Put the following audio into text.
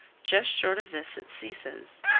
just short of this it ceases,